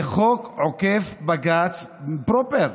זה חוק עוקף בג"ץ פרופר.